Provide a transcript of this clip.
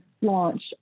launch